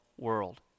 world